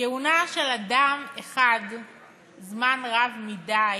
כהונה של אדם אחד זמן רב מדי